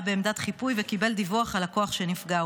היה בעמדת חיפוי וקיבל דיווח על הכוח שנפגע.